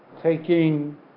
taking